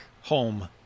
home